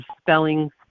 spelling